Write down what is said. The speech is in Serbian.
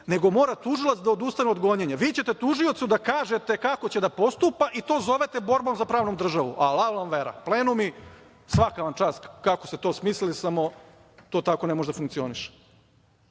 nego mora tužilac da odustane od gonjenja. Vi ćete tužiocu da kažete kako će da postupa i to zovete borbom za pravnu državu? Alal vam vera! Plenumi, svaka vam čast kako ste to smislili, samo to tako ne može da funkcioniše. Što